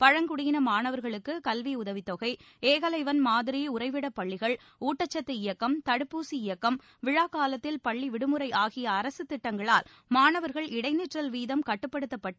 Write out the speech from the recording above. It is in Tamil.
பழங்குடியின மாணவர்களுக்கு கல்வி உதவிதொகை ஏகலைவன் மாதிரி உறைவிட பள்ளிகள் ஊட்டச்சத்து இயக்கம் தடுப்பூசி இயக்கம் விழாக்காலத்தில் பள்ளி விடுமுறை ஆகிய அரசுத் திட்டங்களால் மாணவர்கள் இடைநிற்றல் வீதம் கட்டுப்படுத்தப்பட்டு